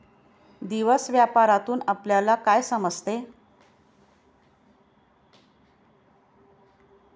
दिवस व्यापारातून आपल्यला काय समजते